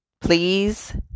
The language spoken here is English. please